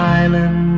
island